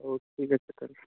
ହଉ ଠିକ୍ ଅଛି ତା'ହେଲେ